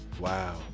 Wow